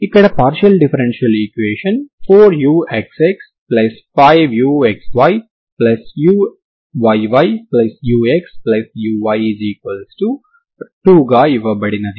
ఇక్కడ partial differential equation 4uxx5uxyuyyuxuy2 గా ఇవ్వబడినది